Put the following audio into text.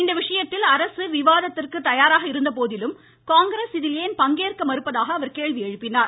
இவ்விசயத்தில் அரசு விவாதத்திற்கு தயாராக இருந்த போதிலும் காங்கிரஸ் ஏன் இதில் பங்கேற்க மறுப்பதாக அவர் கேள்வி எழுப்பினார்